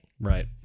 Right